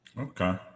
okay